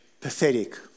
pathetic